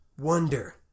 wonder